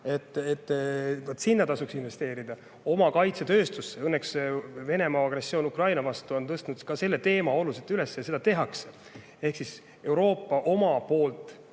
Vaat sinna tasuks investeerida, oma kaitsetööstusesse. Õnneks Venemaa agressioon Ukraina vastu on tõstnud ka selle teema oluliselt üles ja seda tehakse. Ehk siis Euroopa omalt poolt